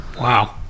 Wow